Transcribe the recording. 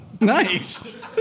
Nice